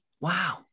Wow